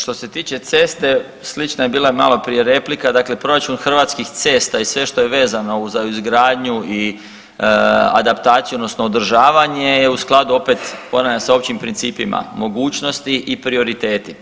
Što se tiče ceste, slična je bila i maloprije replika, dakle proračun Hrvatskih cesta i sve što je vezano uz izgradnju i adaptaciju odnosno održavanje je u skladu opet ponavljam sa općim principima mogućnosti i prioriteti.